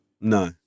No